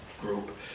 group